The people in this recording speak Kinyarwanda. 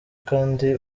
kandi